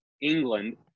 England